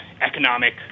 economic